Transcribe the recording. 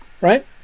right